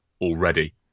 already